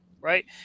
right